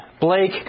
Blake